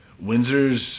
Windsor's